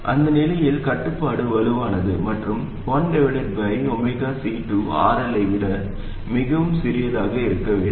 அந்த நிலையில் கட்டுப்பாடு வலுவானது மற்றும் 1ωC2 RL ஐ விட மிகவும் சிறியதாக இருக்க வேண்டும்